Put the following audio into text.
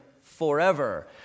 forever